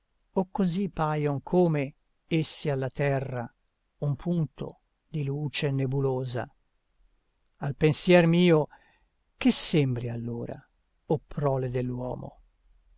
o così paion come essi alla terra un punto di luce nebulosa al pensier mio che sembri allora o prole